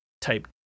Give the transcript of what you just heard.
type